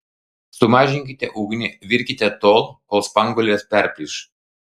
sumažinkite ugnį virkite tol kol spanguolės perplyš